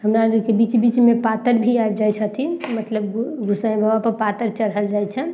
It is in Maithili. हमरा आरके बीच बीचमे पातरि भी आबि जाइ छथिन मतलब गोसाइ बाबापर पातरि चढ़ाओल जाइ छनि